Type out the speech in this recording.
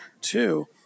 Two